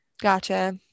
Gotcha